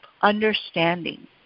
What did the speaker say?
understanding